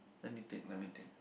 let me think let me think